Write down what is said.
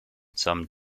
some